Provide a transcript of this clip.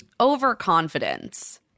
overconfidence